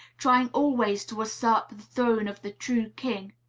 trying always to usurp the throne of the true king,